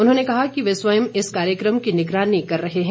उन्होंने कहा कि वे स्वयं इस कार्यक्रम की निगरानी कर रहे हैं